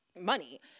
money